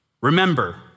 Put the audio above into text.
Remember